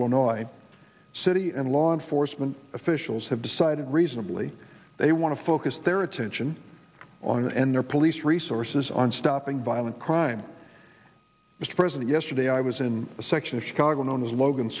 illinois city and law enforcement officials have decided reasonably they want to focus their attention on and their police resources on stopping violent crime mr president yesterday i was in a section of chicago known as logan